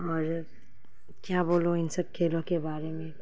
اور کیا بولوں ان سب کھیلوں کے بارے میں